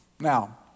Now